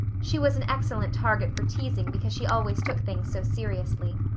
she was an excellent target for teasing because she always took things so seriously.